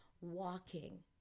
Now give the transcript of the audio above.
walking